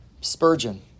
Spurgeon